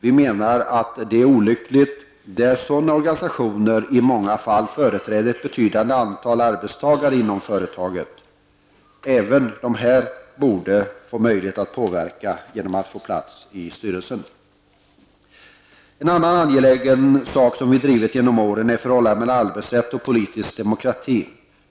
Vi anser att det är olyckligt, då sådana organisationer i många fall företräder ett betydande antal arbetstagare inom företaget. Även dessa organisationer borde få möjlighet att påverka genom att få platser i styrelsen. En annan angelägen fråga som vi drivit genom åren är förhållandet mellan arbetsrätten och den politiska demokratin.